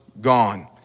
gone